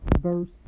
verse